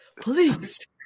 Please